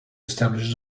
establishes